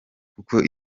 kuko